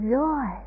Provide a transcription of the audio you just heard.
joy